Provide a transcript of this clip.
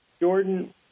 Jordan